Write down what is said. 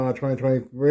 2023